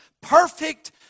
perfect